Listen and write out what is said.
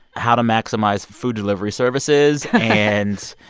how to maximize food delivery services and.